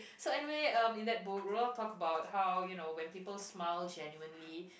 so anyway um in that book Roald-Dahl talk about how you know when people smile genuinely